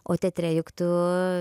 o teatre juk tu